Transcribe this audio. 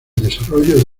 desarrollo